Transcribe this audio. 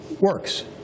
Works